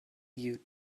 you